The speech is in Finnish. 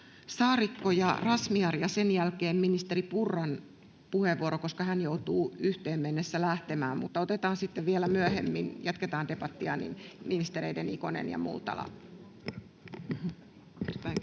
Saarikko ja Razmyar, ja sen jälkeen ministeri Purran puheenvuoro, koska hän joutuu yhteen mennessä lähtemään. Otetaan sitten vielä ministerit Ikonen ja Multala